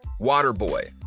Waterboy